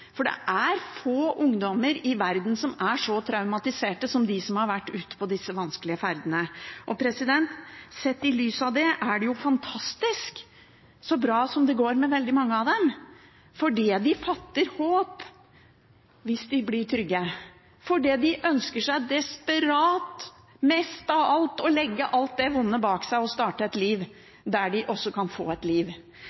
så traumatiserte som de som har vært ute på disse vanskelige ferdene. Sett i lys av det er det fantastisk hvor bra det går med veldig mange av dem – fordi de fatter håp hvis de blir trygge, fordi de ønsker seg desperat mest av alt å legge alt det vonde bak seg og starte et liv